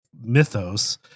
mythos